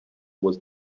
was